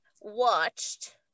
watched